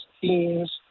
teams